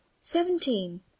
seventeen